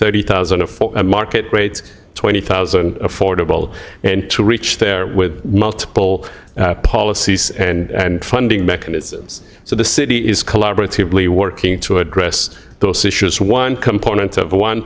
thirty thousand of a market rates twenty thousand affordable and to reach there with multiple policies and funding mechanisms so the city is collaboratively working to address those issues one component of one